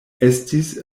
estis